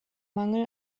mangel